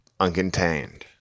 uncontained